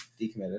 Decommitted